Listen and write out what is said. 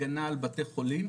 הגנה על בתי חולים,